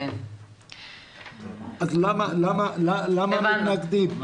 אז למה מתנגדים.